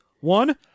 One